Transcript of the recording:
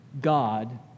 God